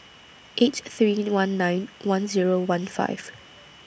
eight three one nine one Zero one five